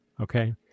Okay